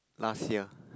last year